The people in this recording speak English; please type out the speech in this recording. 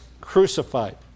crucified